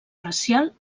racial